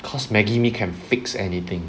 cause Maggie mee can fix anything